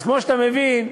אז כמו שאתה מבין,